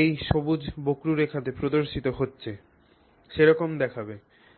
এই সবুজ বক্ররেখাতে প্রদর্শিত হচ্ছে সেরকম দেখাবে